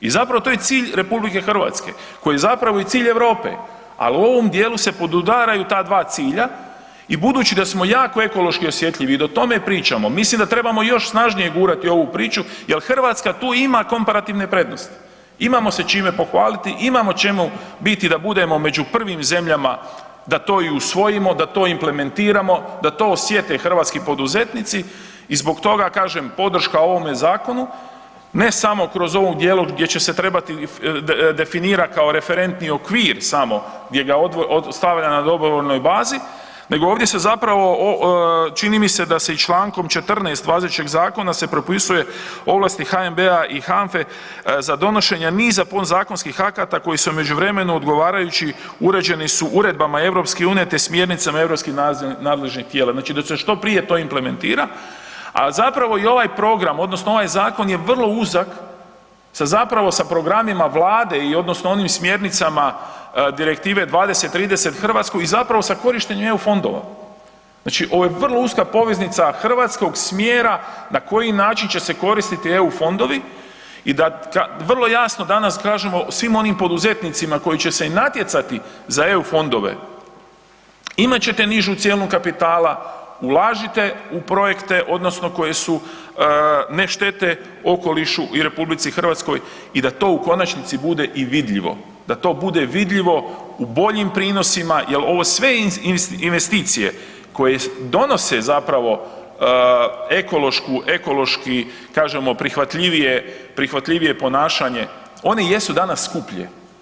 I zapravo je to je cilj RH koji je zapravo i cilj Europe a u ovom djelu se podudaraju ta dva cilja i budući da smo jako ekološki osjetljivi i da o tome pričamo, mislim da trebamo još snažnije gurati ovu priču jer Hrvatska tu ima komparativne prednosti, imamo se čime pohvaliti, imamo čemu biti da budemo među prvim zemljama, da to i usvojimo, da to implementirano, da to osjete hrvatski poduzetnici i zbog toga kažem, podrška ovome zakonu, ne samo kroz ovog dijelu gdje će se trebati definirati kao referentni okvir samo gdje ga stavlja na dobrovoljnoj bazi, nego ovdje se zapravo, čini mi se da se i čl. 14 važećeg Zakona se propisuje ovlasti HNB-a i HAFA-e za donošenje niza podzakonskih akata koji su u međuvremenu odgovarajući, uređeni su uredbama EU te smjernicama europskih nadležnih tijela, znači da se što prije to implementira, a zapravo i ovaj program, odnosno ovaj zakon je vrlo uzak sa zapravo sa programima Vlade i odnosno onim smjernicama Direktive 2030 Hrvatsku i zapravo za korištenje EU fondova, znači ovo je vrlo uska poveznica hrvatskog smjera na koji način će se koristiti EU fondovi i da vrlo jasno danas kažemo svim onim poduzetnicima koji će se i natjecati za EU fondove, imat ćete nižu cijenu kapitala, ulažite u projekte odnosno koji su, ne štete okolišu i RH, i da to u konačnici bude i vidljivo, da to bude vidljivo u boljim prinosima jer ovo sve investicije koje donose zapravo ekološki kažemo prihvatljivije ponašanje, oni jesu danas skuplji.